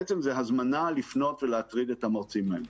זה בעצם הזמנה לפנות ולהטריד את המרצים האלה.